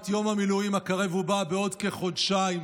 יום המילואים הקרב ובא בעוד כחודשיים,